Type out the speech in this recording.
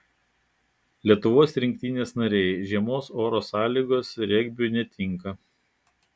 lietuvos rinktinės nariai žiemos oro sąlygos regbiui netinka